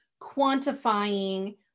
quantifying